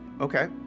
Okay